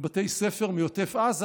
בתי ספר מעוטף עזה,